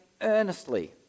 earnestly